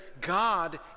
God